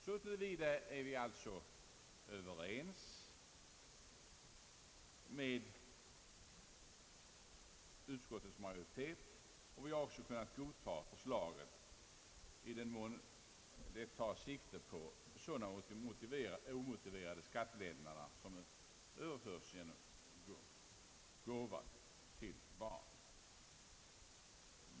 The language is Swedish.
Så till vida är vi alltså överens med utskottsmajoriteten, och vi har även kunnat godkänna förslaget i den mån det tar sikte på sådana omotiverade skattelättnader som uppnås vid överföring av gåva till barn.